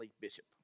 Bishop